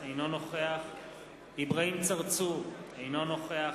אינו נוכח אברהים צרצור, אינו נוכח